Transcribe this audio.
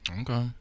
Okay